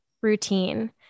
routine